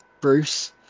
Bruce